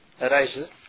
arises